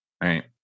right